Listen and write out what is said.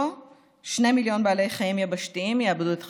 2 מיליון בעלי חיים יבשתיים יאבדו את חייהם,